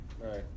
Right